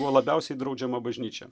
buvo labiausiai draudžiama bažnyčia